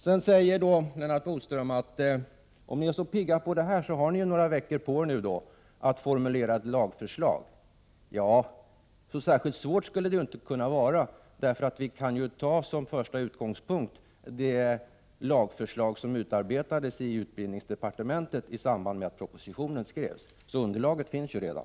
Lennart Bodström säger sedan, att om ni nu är så pigga på detta med lagstiftning, har ni några veckor på er att formulera ett lagförslag. Ja, så särskilt svårt skulle det inte vara. Vi kan ju ta som första utgångspunkt det lagförslag som utarbetades i utbildningsdepartementet i samband med att propositionen skrevs. Underlaget finns ju redan.